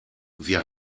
wir